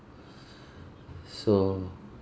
so